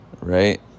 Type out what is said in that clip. right